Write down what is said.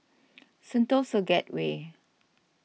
Sentosa Gateway